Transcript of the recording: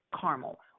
caramel